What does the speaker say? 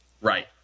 Right